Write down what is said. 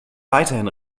weiterhin